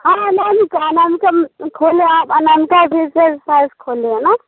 हँ अनामिका अनामिका खोलब आब अनामिका विशेष साइट खोलने रहलहुँ